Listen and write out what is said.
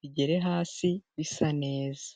bigere hasi bisa neza.